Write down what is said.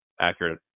accurate